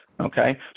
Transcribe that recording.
okay